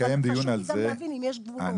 אבל חשוב לי להבין אם יש גבולות.